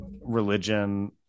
religion